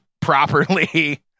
properly